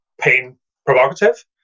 pain-provocative